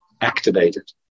activated